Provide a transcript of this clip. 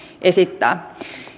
esittää